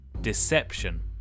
Deception